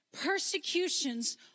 persecutions